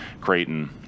Creighton